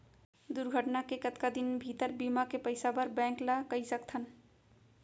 दुर्घटना के कतका दिन भीतर बीमा के पइसा बर बैंक ल कई सकथन?